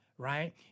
right